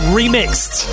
remixed